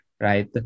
right